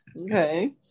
Okay